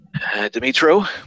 Dimitro